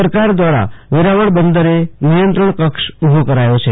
સરકાર દ્વારા વેરાવળ બંદરે નિયંત્રણ કક્ષ ઉભો કરાયો છે